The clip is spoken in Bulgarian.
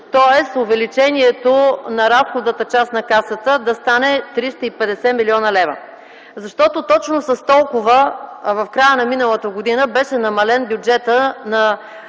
Тоест увеличението на разходната част на Касата да стане 350 млн. лв.? Защото точно с толкова в края на миналата година беше намален бюджетът на